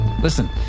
Listen